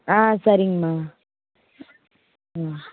ஆ சரிங்கமா ம்